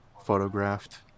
Photographed